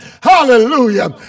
Hallelujah